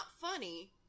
funny